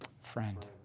friend